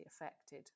affected